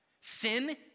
Sin